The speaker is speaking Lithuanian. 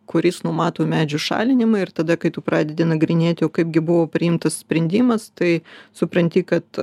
kuris numato medžių šalinimą ir tada kai tu pradedi nagrinėti o kaip gi buvo priimtas sprendimas tai supranti kad